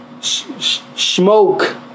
Smoke